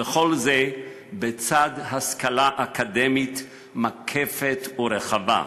וכל זה בצד השכלה אקדמית מקפת ורחבה.